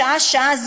שעה-שעה,